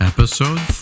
Episode